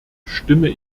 stimme